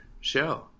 show